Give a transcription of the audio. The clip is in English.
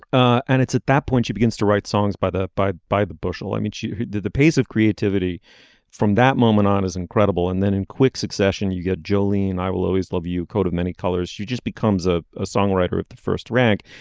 and it's at that point she begins to write songs by the bye by the bushel. i mean she did the pace of creativity from that moment on as incredible and then in quick succession you get jolene i will always love you coat of many colors you just becomes a ah songwriter of the first rank.